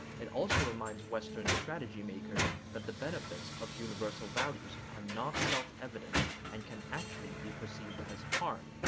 it also reminds western strategymakers that the benefits of universal values are not self-evident and can actually be perceived as harm,